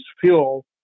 fuel